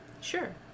Sure